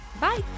Bye